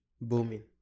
Booming